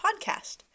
podcast